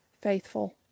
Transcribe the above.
Faithful